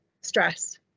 stress